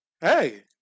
hey